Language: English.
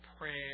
prayer